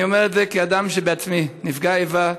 אני אומר את זה כאדם שבעצמו הוא נפגע איבה,